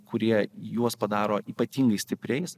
kurie juos padaro ypatingai stipriais